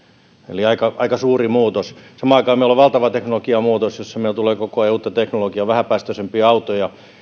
eli aika aika suuri muutos samaan aikaan meillä on valtava teknologiamuutos jossa meille tulee koko ajan uutta teknologiaa vähäpäästöisempiä autoja